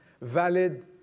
valid